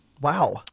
Wow